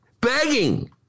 begging